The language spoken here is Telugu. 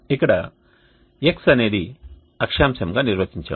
ఇక్కడ x అనేది అక్షాంశం గా నిర్వచించాము